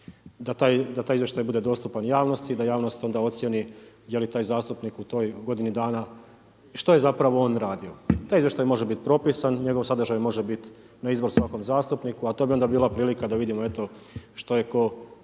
da taj izvještaj bude dostupan javnosti i da javnost onda ocijeni je li taj zastupnik u toj godini dana, što je zapravo on radio. Taj izvještaj može bit propisan, njegov sadržaj može biti na izbor svakom zastupniku a to bi onda bila prilika da vidimo eto što